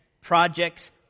projects